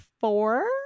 four